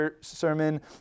sermon